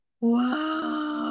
Wow